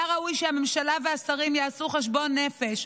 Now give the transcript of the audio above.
היה ראוי שהממשלה והשרים יעשו חשבון נפש,